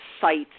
sites